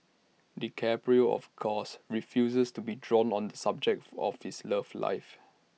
DiCaprio of course refuses to be drawn on the subject of his love life